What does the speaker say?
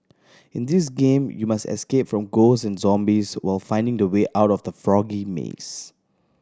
in this game you must escape from ghost and zombies while finding the way out of the foggy maze